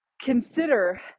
consider